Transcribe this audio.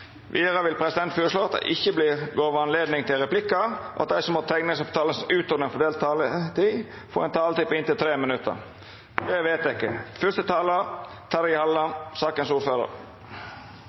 Vidare vil presidenten føreslå at det ikkje vert gjeve anledning til replikkar, og at dei som måtte teikna seg på talarlista utover den fordelte taletida, får ei taletid på inntil 3 minutt. – Det er